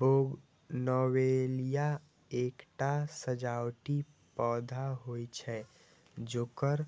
bougainvillea एकटा सजावटी पौधा होइ छै, जेकर